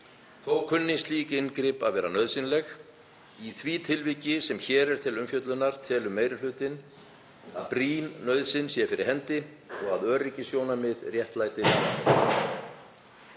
Þó kunni slík inngrip að vera nauðsynleg. Í því tilviki sem hér er til umfjöllunar telur meiri hlutinn að brýn nauðsyn sé fyrir hendi og að öryggissjónarmið réttlæti